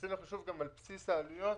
ועשינו חישוב גם על בסיס העלויות